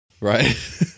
Right